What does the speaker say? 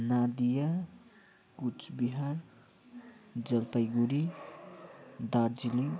Nadia Cooch Behar Jalpaiguri Darjeeling